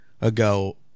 ago